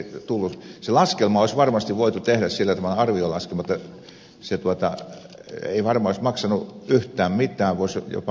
se arviolaskelma olisi varmasti voitu tehdä sillä tavalla jotta ei varmaan olisi maksanut yhtään mitään olisi voinut mennä jopa plussan puolelle